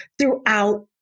throughout